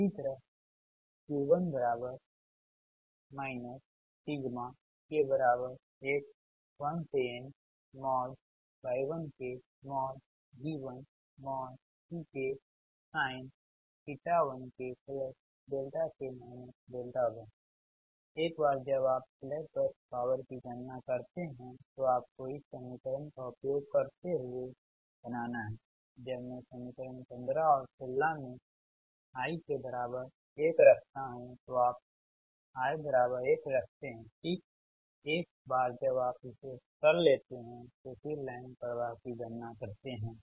इसी तरह Q1 k 1nY1kV1Vksin1kk 1 एक बार जब आप स्लैक बस पॉवर की गणना करते हैं तो आपको इस समीकरण का उपयोग करते हुए बनाना है जब मैं समीकरण 15 और 16 में i के बराबर 1 रखता हूँ तो आप i बराबर 1 रखते है ठीक एक बार जब आप इसे कर लेते हैं तो फिर लाइन प्रवाह की गणना करते है